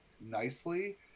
nicely